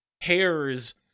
hairs